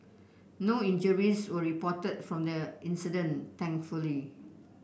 no injuries were reported from the incident thankfully